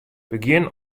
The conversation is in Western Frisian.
begjin